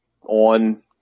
on